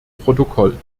protokoll